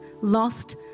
Lost